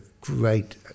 great